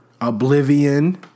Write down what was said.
Oblivion